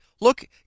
look